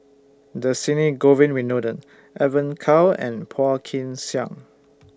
Dhershini Govin Winodan Evon Kow and Phua Kin Siang